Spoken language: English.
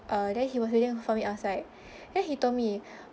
uh then he was waiting for me outside then he told me